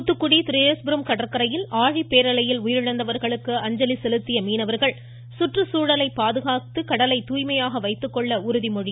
தூத்துக்குடி திரேஸ்புரம் கடற்கரையில் ஆழிப் பேரலையில் உயிரிழந்தவர்களுக்கு அஞ்சலி செலுத்திய மீனவர்கள் சுற்றுச்சூழலை பாதுகாத்து கடலை தூய்மையாக வைத்துக் கொள்ள் உறுதி ஏற்றனர்